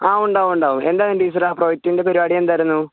ആ ഉണ്ടാവും ഉണ്ടാവും എന്തായിരുന്നു ടീച്ചറെ ആ പ്രോജക്റ്റിൻ്റെ പരിപാടി എന്തായിരുന്നു